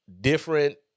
different